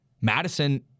Madison